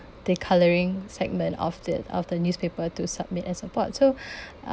the colouring segment of the of the newspaper to submit as support so